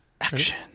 action